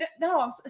No